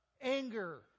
anger